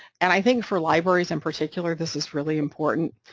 and i think for libraries in particular, this is really important,